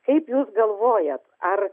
kaip jūs galvojat ar